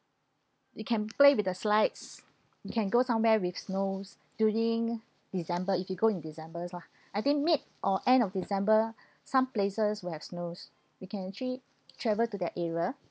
you can play with the slides you can go somewhere with snows during december if you go in decembers lah I think mid or end of december some places will have snows you can actually travel to that area